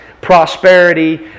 prosperity